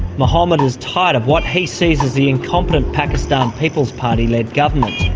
mohammed is tired of what he sees as the incompetent pakistan people's party-led government,